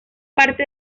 parte